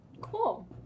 Cool